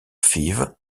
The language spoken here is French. fives